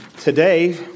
Today